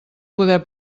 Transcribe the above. poder